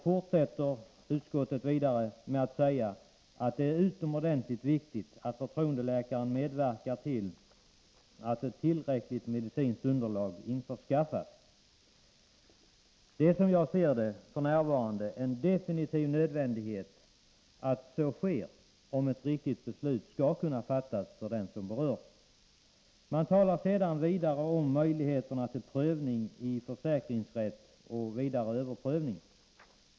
Utskottet fortsätter vidare med att säga att det är utomordentligt viktigt att förtroendeläkaren medverkar till att ett tillräckligt medicinskt underlag införskaffas. Det är som jag ser det f. n. definitivt en nödvändighet att så sker, om ett för den som berörs riktigt beslut skall kunna fattas. Man talar sedan om möjligheterna till prövning i försäkringsrätt och vidare överprövning.